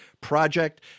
project